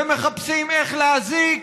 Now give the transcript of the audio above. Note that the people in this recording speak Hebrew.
ומחפשים איך להזיק,